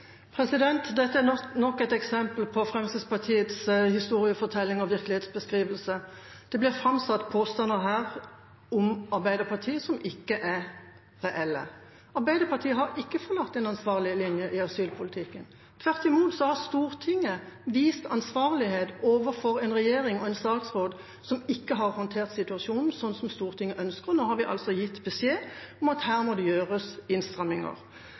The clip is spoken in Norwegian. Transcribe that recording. Dette er nok et eksempel på Fremskrittspartiets historiefortelling og virkelighetsbeskrivelse. Det blir framsatt påstander her om Arbeiderpartiet som ikke er reelle. Arbeiderpartiet har ikke forlatt en forsvarlig linje i asylpolitikken. Tvert imot har Stortinget vist ansvarlighet overfor en regjering og en statsråd som ikke har håndtert situasjonen sånn som Stortinget ønsker. Nå har vi altså gitt beskjed om at her må det gjøres